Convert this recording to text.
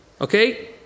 okay